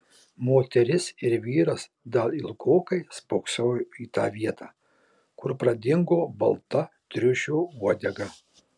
moteris ir vyras dar ilgokai spoksojo į tą vietą kur pradingo balta triušio uodega